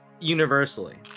universally